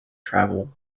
travel